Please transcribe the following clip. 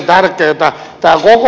arvoisa puhemies